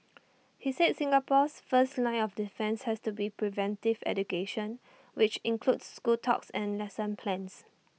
he said Singapore's first line of defence has to be preventive education which includes school talks and lesson plans